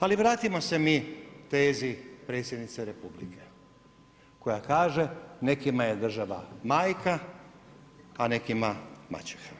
Ali vratimo se mi tezi predsjednice Republike koja kaže nekima je država majka, a nekima mačeha.